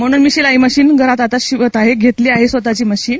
म्हणून मी शिलाई मशीन घरात आता घेतली आहे स्वतःची मशीन